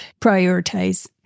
prioritize